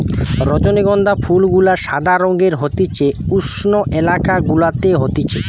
রজনীগন্ধা ফুল গুলা সাদা রঙের হতিছে উষ্ণ এলাকা গুলাতে হতিছে